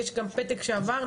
יש גם פתק שעבר,